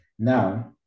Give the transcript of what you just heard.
Now